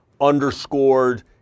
underscored